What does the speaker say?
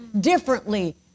differently